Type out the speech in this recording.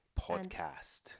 podcast